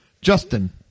Justin